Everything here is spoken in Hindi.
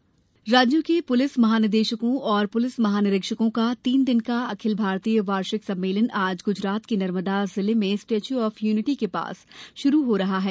पुलिस सम्मेलन राज्यों के पुलिस महानिदेशकों और पुलिस महानिरीक्षकों का तीन दिन का अखिल भारतीय वार्षिक सम्मेलन आज गुजरात के नर्मदा जिले में स्टेच्यू ऑफ यूनिटी के पास शुरू हो रहा है